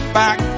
back